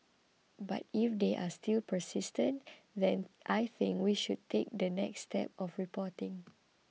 but if they are still persistent then I think we should take the next step of reporting